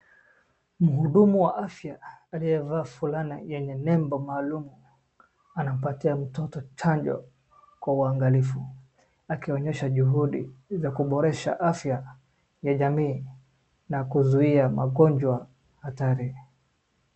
Mhudumu wa afya aliyevaa fulana yenye nembo maalum anampatia mtoto chanjo kwa uangalifu akionyesha juhudi za kuboresha afya ya jamii na kuzuia magonjwa hatari.